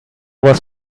was